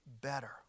better